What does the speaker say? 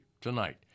tonight